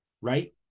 right